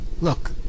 Look